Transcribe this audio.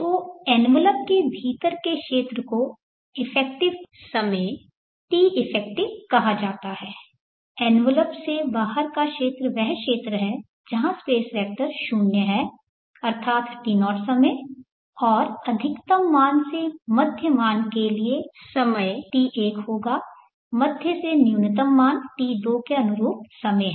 तो एनवेलप के भीतर के क्षेत्र को इफेक्टिव समय कहा जाता है एनवेलप से बाहर का क्षेत्र वह क्षेत्र है जहां स्पेस वेक्टर शून्य है अर्थात T0 समय और अधिकतम मान से मध्य मान के लिए समय T1 होगा मध्य से न्यूनतम मान T2 के अनुरूप समय है